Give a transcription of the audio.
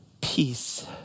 Peace